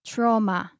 Trauma